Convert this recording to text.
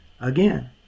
again